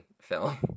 film